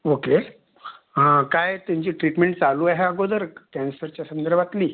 okay हां काय त्यांची ट्रीटमेंट चालू आहे अगोदर कॅन्सरच्या संदर्भातली